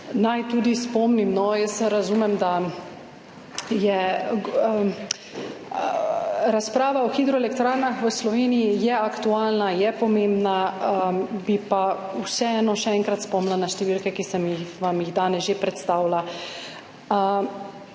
Naj tudi spomnim, razumem, da razprava o hidroelektrarnah v Sloveniji je aktualna, je pomembna, bi pa vseeno še enkrat spomnila na številke, ki sem vam jih danes že predstavila.